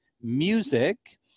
music